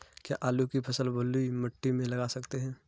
क्या आलू की फसल बलुई मिट्टी में लगा सकते हैं?